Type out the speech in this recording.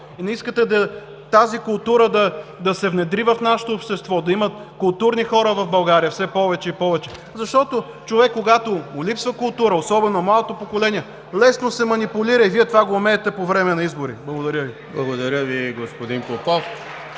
Не искате тази култура да се внедри в нашето общество, да има културни хора в България все повече и повече. Защото, когато на човек му липсва култура – особено на младото поколение, лесно се манипулира и Вие това го умеете по време на избори. Благодаря Ви. (Ръкопляскания от